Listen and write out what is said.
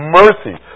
mercy